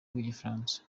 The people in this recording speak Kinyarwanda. rw’igifaransa